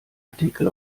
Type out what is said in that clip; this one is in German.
artikel